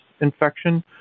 infection